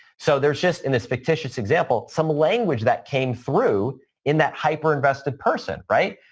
so, there's just in this fictitious example, some language that came through in that hyper invested person, right?